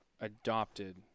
adopted